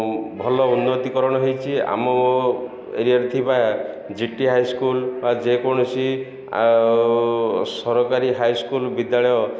ଭଲ ଉନ୍ନତିକରଣ ହେଇଛି ଆମ ଏରିଆରେ ଥିବା ଜି ଟି ହାଇସ୍କୁଲ୍ ବା ଯେକୌଣସି ସରକାରୀ ହାଇସ୍କୁଲ୍ ବିଦ୍ୟାଳୟ